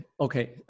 okay